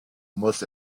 muss